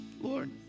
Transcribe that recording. Lord